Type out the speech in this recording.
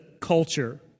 culture